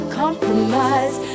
compromise